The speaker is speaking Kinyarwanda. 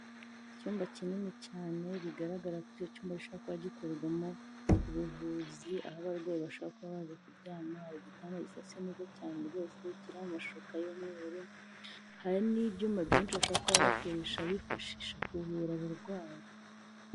Icyumba kinini cyane bigaragara ko icyo cyumba gishobora kuba gikorerwamo ubuvuzi, aho abarwayi bashaka baza kuryama, hari igitanda gisashe neza cyane rwose kiriho amashuka y'umweru, hari n'ibyuma byinshi bashobora kuba bakoresha bifashisha kuvura abarwayi.